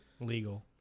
legal